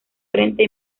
frente